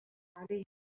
عليه